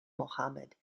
mohammad